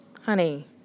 honey